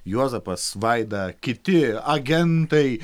juozapas vaida kiti agentai